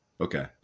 Okay